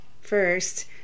first